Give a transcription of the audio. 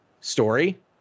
story